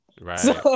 Right